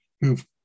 who've